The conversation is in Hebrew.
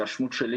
מהתרשמותי,